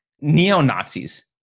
neo-nazis